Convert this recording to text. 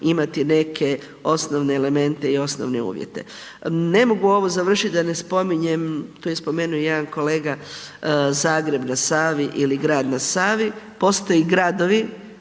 imati neke osnove elemente i osnovne uvjete. Ne mogu ovo završit da ne spominjem, tu je spomenuo jedan kolega, Zagreb na Savi ili grad na Savi, postoje gradovi